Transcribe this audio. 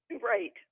Right